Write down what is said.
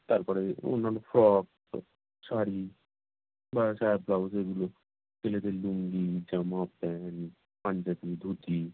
তার পরে অন্যান্য ফ্রক শাড়ি বা সায়া ব্লাউজ এগুলো ছেলেদের লুঙ্গি জামা প্যান্ট পাঞ্জাবি ধুতি